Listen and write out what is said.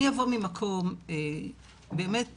אני אבוא ממקום שהוא באמת קשה,